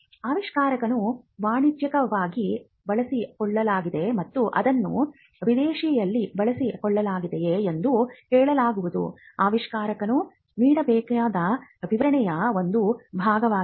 ಆವಿಷ್ಕಾರವನ್ನು ವಾಣಿಜ್ಯಿಕವಾಗಿ ಬಳಸಿಕೊಳ್ಳಲಾಗಿದೆ ಮತ್ತು ಅದನ್ನು ವಿದೇಶದಲ್ಲಿ ಬಳಸಿಕೊಳ್ಳಲಾಗಿದೆಯೆ ಎಂದು ಹೇಳುವುದು ಆವಿಷ್ಕಾರಕನು ನೀಡಬೇಕಾದ ವಿವರಣೆಯ ಒಂದು ಭಾಗವಾಗಿದೆ